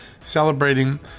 celebrating